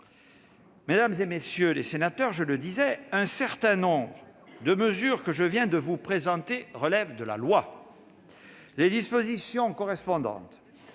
Mesdames, messieurs les sénateurs, plusieurs des mesures que je viens de vous présenter relèvent de la loi. Les dispositions correspondantes